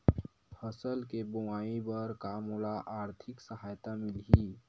फसल के बोआई बर का मोला आर्थिक सहायता मिलही?